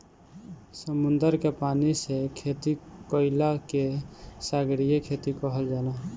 समुंदर के पानी से खेती कईला के सागरीय खेती कहल जाला